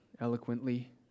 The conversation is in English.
eloquently